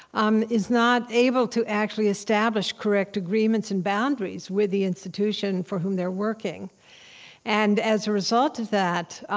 um is not able to actually establish correct agreements and boundaries with the institution for whom they're working and, as a result of that,